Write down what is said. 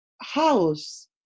house